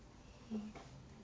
mm